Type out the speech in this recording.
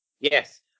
Yes